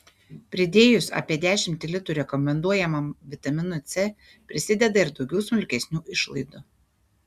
pridėjus apie dešimtį litų rekomenduojamam vitaminui c prisideda ir daugiau smulkesnių išlaidų